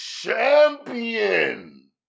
champion